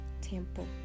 temple